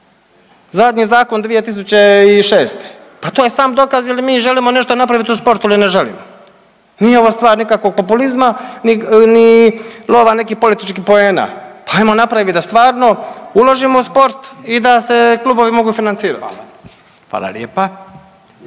Zadnji zakon 2006., pa to je sam dokaz je li mi nešto želimo nešto napraviti u sportu ili ne želimo. Nije ova stvar nikakvog populizma ni lova nekih političkih poena, pa ajmo napravit da stvarno uložimo u sport i da se klubovi mogu financirati. **Radin,